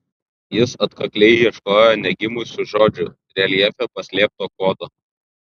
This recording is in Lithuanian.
jis atkakliai ieškojo negimusių žodžių reljefe paslėpto kodo